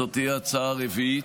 הצעה רביעית.